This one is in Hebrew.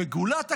וגולת הכותרת,